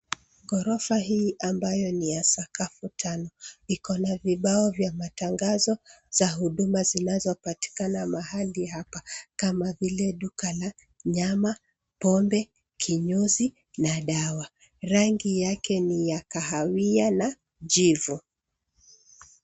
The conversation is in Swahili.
Ghorofa hii ambayo ni ya sakafu tano ikona vibao vya matangazo za huduma zinazopatikana mahali hapa kama vile duka la nyama, pombe, kinyozi na dawa, rangi yake ni ya kahawia na jivu.